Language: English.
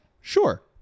Sure